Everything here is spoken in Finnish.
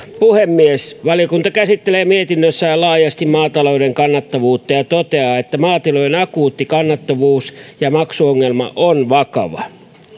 puhemies valiokunta käsittelee mietinnössään laajasti maatalouden kannattavuutta ja toteaa että maatilojen akuutti kannattavuus ja maksuvalmiusongelma on vakava